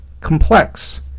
Complex